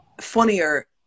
funnier